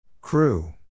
Crew